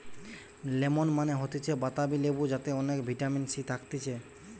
lemon মানে হতিছে বাতাবি লেবু যাতে অনেক ভিটামিন সি থাকতিছে